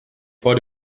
vor